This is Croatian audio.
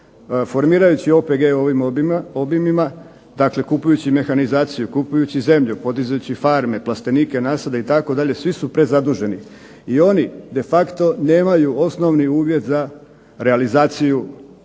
formirajući OPG ovim obimima, dakle kupujući mehanizaciju, kupujući zemlju, podižući farme, plastenike, nasade itd. svi su prezaduženi. I oni de facto nemaju osnovni uvjet za realizaciju